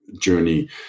journey